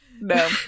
No